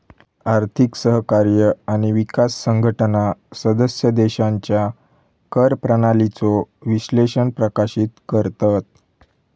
आर्थिक सहकार्य आणि विकास संघटना सदस्य देशांच्या कर प्रणालीचो विश्लेषण प्रकाशित करतत